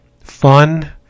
fun